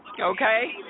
Okay